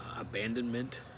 abandonment